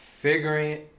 Figuring